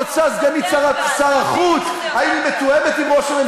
שלך אני לא בטוח שהיא פותחת את הנוהל.